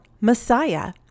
Messiah